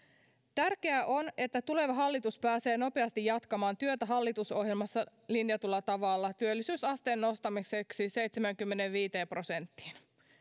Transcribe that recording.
tärkeää on että tuleva hallitus pääsee nopeasti jatkamaan työtä hallitusohjelmassa linjatulla tavalla työllisyysasteen nostamiseksi seitsemäänkymmeneenviiteen prosenttiin